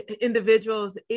individuals